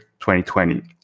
2020